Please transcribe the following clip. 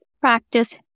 practice